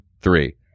three